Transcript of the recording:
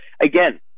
Again